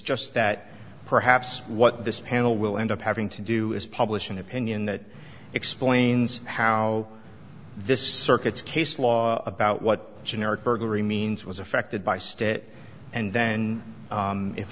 just that perhaps what this panel will end up having to do is publish an opinion that explains how this circuit's case law about what generic burglary means was affected by step it and then